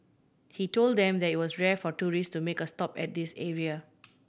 he told them that it was rare for tourist to make a stop at this area